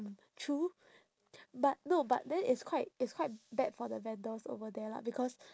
true but no but then it's quite it's quite bad for the vendors over there lah because